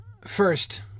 First